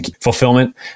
fulfillment